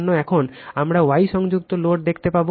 এখন আমরা Y সংযুক্ত লোড দেখতে পাব